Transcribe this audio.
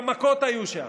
גם מכות היו שם.